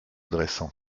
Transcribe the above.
dressant